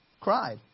cried